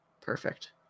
Perfect